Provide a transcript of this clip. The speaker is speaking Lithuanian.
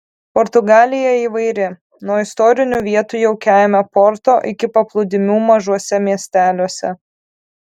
portugalija įvairi nuo istorinių vietų jaukiajame porto iki paplūdimių mažuose miesteliuose